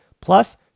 Plus